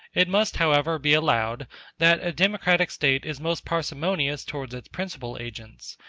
it must, however, be allowed that a democratic state is most parsimonious towards its principal agents.